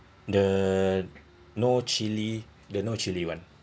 the no chilli the no chilli one